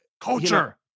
Culture